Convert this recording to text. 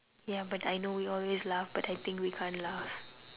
ya but I know we always laugh but I think we can't laugh